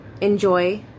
enjoy